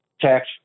tax